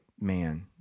man